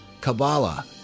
Kabbalah